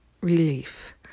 relief